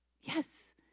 yes